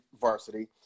varsity